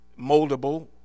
moldable